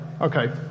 Okay